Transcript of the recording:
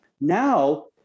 Now